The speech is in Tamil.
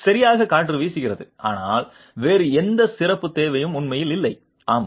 சரியாக காற்று வீசுகிறது ஆனால் வேறு எந்த சிறப்புத் தேவையும் உண்மையில் இல்லை ஆம்